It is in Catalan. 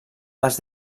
els